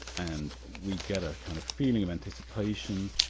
and we get a kind of feeling of anticipation,